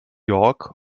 york